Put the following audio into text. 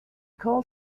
called